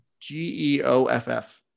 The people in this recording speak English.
g-e-o-f-f